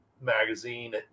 magazine